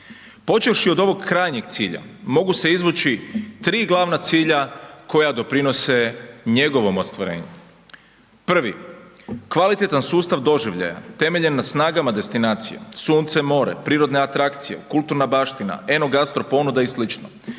Počevši od ovog krajnjeg cilja mogu se izvući 3 glavna cilja koja doprinose njegovom ostvarenju. Prvi, kvalitetan sustav doživljaja temeljen na snagama destinacije, sunce, more, prirodne atrakcije, kulturna baština, enogastro ponuda i sl.